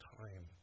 time